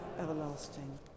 everlasting